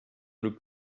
looked